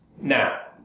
now